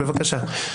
בבקשה.